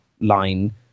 line